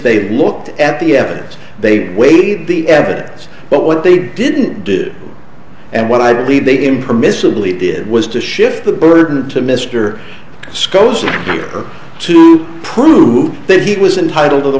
they looked at the evidence they weighed the evidence but what they didn't do and what i believe they impermissibly did was to shift the burden to mr scotia or to prove that he was entitled to the